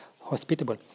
hospitable